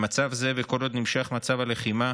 במצב זה, וכל עוד נמשך מצב הלחימה,